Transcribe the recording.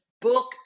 book